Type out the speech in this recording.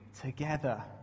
together